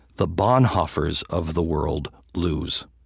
the bonhoeffers of the world lose